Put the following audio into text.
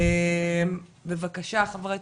בבקשה ח"כ